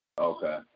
okay